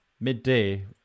Midday